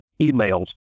emails